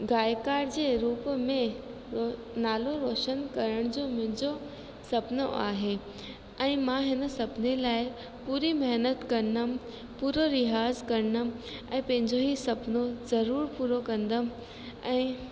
गायकार जे रूप में नालो रोशन करण जो मुंहिंजो सपनो आहे ऐं मां हिन सपने लाइ पूरी महिनत कंदमि पूरो रियाज़ कंदमि ऐं पंहिंजो हीउ सपनो ज़रूरु पूरो कंदमि ऐं